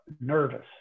nervous